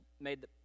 made